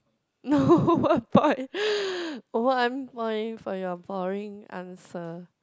no one point one point for your pooring answer